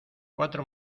cuatro